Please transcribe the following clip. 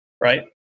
right